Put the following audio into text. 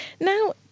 Now